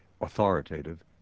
authoritative